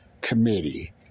committee